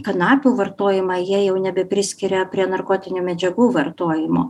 kanapių vartojimą jie jau nebepriskiria prie narkotinių medžiagų vartojimo